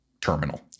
terminal